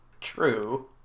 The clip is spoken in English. True